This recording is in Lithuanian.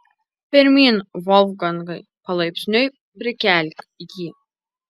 pirmyn volfgangai palaipsniui prikelk jį